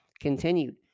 continued